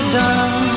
done